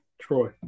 Troy